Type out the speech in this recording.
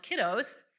kiddos